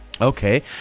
Okay